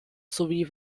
sowie